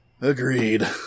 Agreed